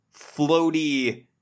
floaty